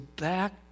back